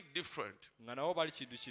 different